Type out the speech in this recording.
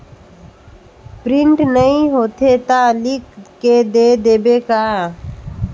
Print नइ होथे ता लिख के दे देबे का?